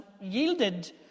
yielded